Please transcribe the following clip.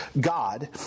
God